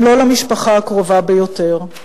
גם לא למשפחה הקרובה ביותר.